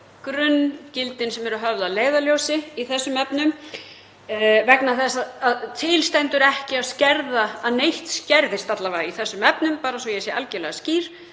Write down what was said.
grunngildin sem eru höfð að leiðarljósi í þessum efnum vegna þess að ekki stendur til að neitt skerðist, alla vega ekki í þessum efnum, bara svo ég sé algerlega skýr.